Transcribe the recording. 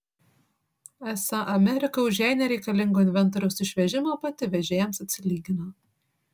esą amerika už jai nereikalingo inventoriaus išvežimą pati vežėjams atsilygino